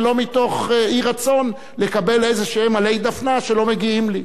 ולא מתוך אי-רצון לקבל עלי דפנה כלשהם שלא מגיעים לי.